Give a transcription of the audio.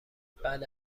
بله